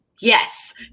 yes